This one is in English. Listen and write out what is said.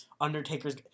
Undertaker's